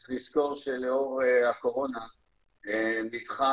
צריך לזכור שלאור הקורונה נדחה